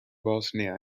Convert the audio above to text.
bosnia